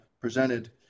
presented